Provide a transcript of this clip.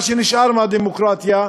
מה שנשאר מהדמוקרטיה,